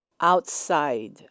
outside